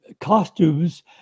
costumes